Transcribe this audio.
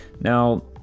now